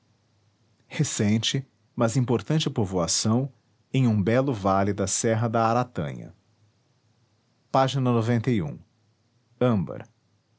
recente mas importante povoação em um belo vale da serra da ratanha ág âmbar